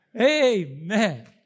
Amen